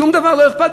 שום דבר לא אכפת.